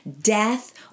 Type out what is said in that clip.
death